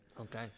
Okay